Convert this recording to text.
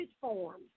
forms